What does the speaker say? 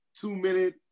two-minute